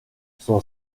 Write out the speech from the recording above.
son